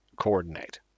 coordinate